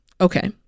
Okay